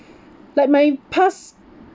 like my past